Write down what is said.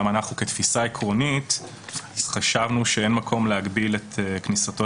גם אנחנו כתפיסה עקרונית חשבנו שאין מקום להגביל את כניסתו